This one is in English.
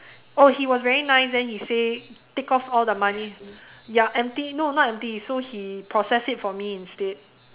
oh he was very nice then he say take off all the money ya empty no not empty so he process it for me instead